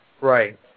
right